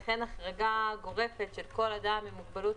לכן החרגה גורפת של כל אדם עם מוגבלות